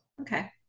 okay